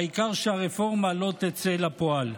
והעיקר שהרפורמה לא תצא לפועל.